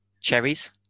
cherries